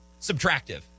subtractive